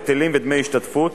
היטלים ודמי השתתפות,